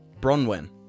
Bronwyn